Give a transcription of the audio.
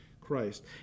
Christ